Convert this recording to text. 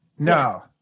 No